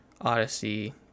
Odyssey